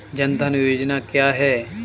जनधन योजना क्या है?